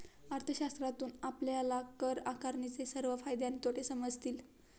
अर्थशास्त्रातून आपल्याला कर आकारणीचे सर्व फायदे आणि तोटे समजतील